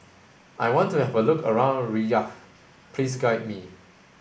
I want to have a look around Riyadh please guide me